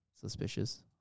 suspicious